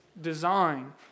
design